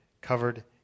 Covered